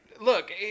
look